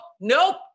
Nope